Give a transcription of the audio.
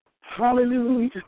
Hallelujah